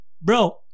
bro